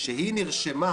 שהיא נרשמה